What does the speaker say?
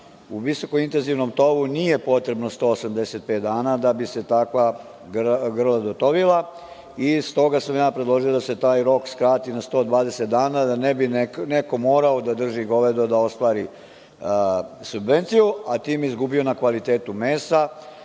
u visoko intenzivnom tovu nije potrebno 185 dana da bi se takva grla dotovila. Zato sam ja predložio da se taj rok skrati na 120 dana da ne bi neko morao da drži govedo da ostvari subvenciju, a time izgubio na kvalitetu mesa.